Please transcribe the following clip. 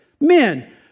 Men